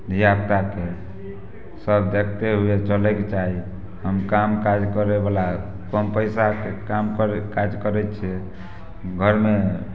धियापुताके सभ जते भी चलयके चाही हम काम काज करयवला कम पैसामे काम करय काज करय छी घरमे